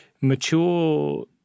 mature